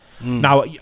now